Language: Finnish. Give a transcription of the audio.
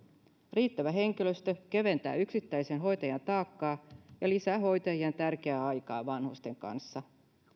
riittävä henkilöstö keventää yksittäisen hoitajan taakkaa ja lisää hoitajien tärkeää aikaa vanhusten kanssa